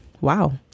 Wow